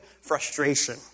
frustration